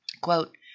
Quote